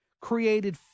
created